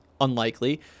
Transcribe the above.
unlikely